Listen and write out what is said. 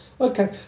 Okay